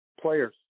players